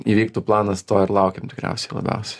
įvyktų planas to ir laukiam tikriausiai labiausiai